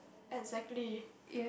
exactly